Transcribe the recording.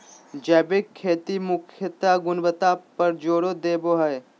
जैविक खेती मुख्यत गुणवत्ता पर जोर देवो हय